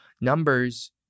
numbers